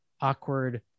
awkward